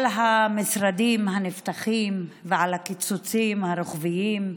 על המשרדים הנפתחים ועל הקיצוצים הרוחביים,